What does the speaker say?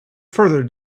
further